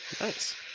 Nice